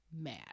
mad